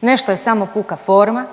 Nešto je samo puka forma,